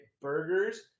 burgers